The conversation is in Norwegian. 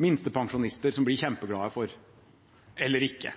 minstepensjonister som blir kjempeglade for – eller ikke.